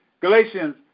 Galatians